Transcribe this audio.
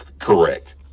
Correct